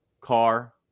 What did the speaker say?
car